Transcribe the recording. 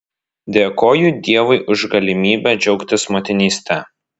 dėkoju dievui už galimybę džiaugtis motinyste